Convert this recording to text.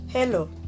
Hello